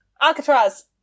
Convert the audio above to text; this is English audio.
Alcatraz